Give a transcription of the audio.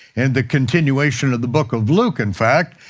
and the continuation of the book of luke, in fact,